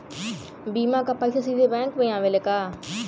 बीमा क पैसा सीधे बैंक में आवेला का?